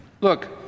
Look